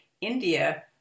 India